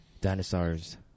Dinosaurs